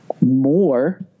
more